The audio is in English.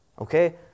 Okay